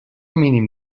mínim